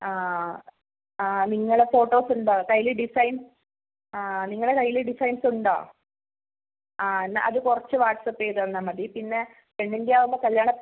ആ ആ നിങ്ങൾ ഫോട്ടോസ് ഉണ്ടോ കൈയ്യിൽ ഡിസൈൻ ആ നിങ്ങളുടെ കൈയ്യിൽ ഡിസൈൻസ് ഉണ്ടോ ആ എന്നാൽ അത് കുറച്ച് വാട്സാപ്പ് ചെയ്ത് തന്നാൽ മതി പിന്നെ പെണ്ണിൻ്റെയാവുമ്പോൾ